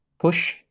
Push